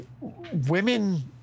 Women